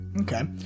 Okay